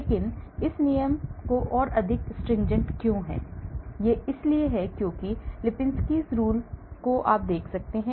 लेकिन यह नियम अधिक stringent है क्योंकि आप Lipinskis rule को देख सकते हैं